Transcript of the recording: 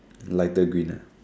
lighter green ah